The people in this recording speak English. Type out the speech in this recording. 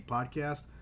Podcast